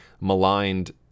maligned